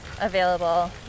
available